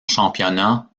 championnat